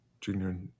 junior